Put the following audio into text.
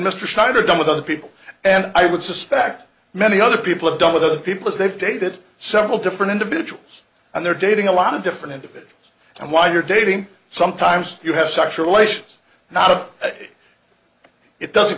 schneider done with other people and i would suspect many other people have done with other people as they've dated several different individuals and they're dating a lot of different individuals and while you're dating sometimes you have sexual relations not of it it doesn't